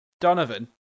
donovan